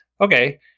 Okay